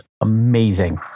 amazing